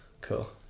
cool